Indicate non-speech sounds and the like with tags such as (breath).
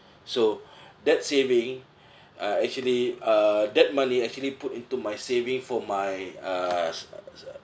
so (breath) that saving uh actually uh that money actually put into my saving for my uh